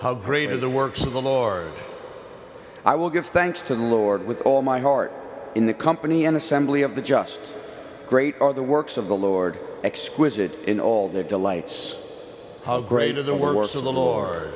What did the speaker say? how great are the works of the lord i will give thanks to the lord with all my heart in the company an assembly of the just great are the works of the lord exquisite in all their delights how great is the word was a little o